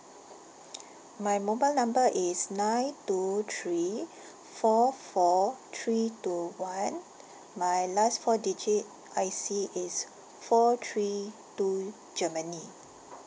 my mobile number is nine two three four four three two one my last four digit I_C is four three two germany